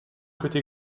côté